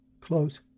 close